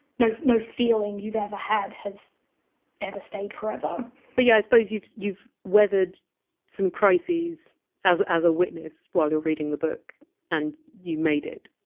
no no feeling you've ever had has ever stayed forever but yeah i suppose you've you've weathered some crises as as a witness while you're reading the book and you made it!